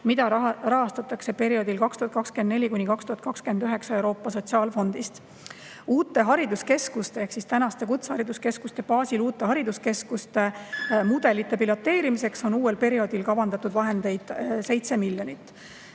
mida rahastatakse perioodil 2024–2029 Euroopa Sotsiaalfondist. Uute hariduskeskuste ehk tänaste kutsehariduskeskuste baasil uute hariduskeskuste mudelite piloteerimiseks on uuel perioodil kavandatud 7 miljonit.